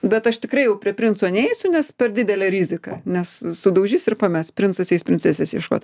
bet aš tikrai jau prie princo neisiu nes per didelė rizika nes sudaužys ir pames princas eis princesės ieškot